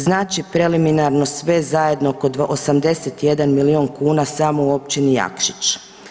Znači preliminarno sve zajedno oko 81 milion kuna samo u općini Jakšić.